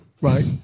right